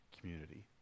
community